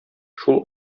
шул